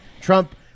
Trump